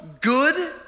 good